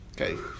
Okay